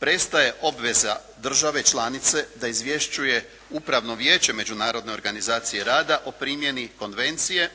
Prestaje obveza države članice da izvješćuje Upravno vijeće Međunarodne organizacije rada o primjeni Konvencije.